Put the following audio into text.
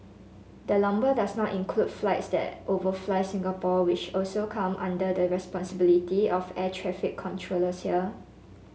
the number does not include flights that overfly Singapore which also come under the responsibility of air traffic controllers here